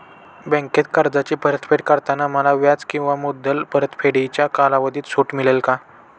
बँकेत कर्जाची परतफेड करताना मला व्याज किंवा मुद्दल परतफेडीच्या कालावधीत सूट मिळेल का?